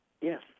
Yes